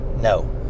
No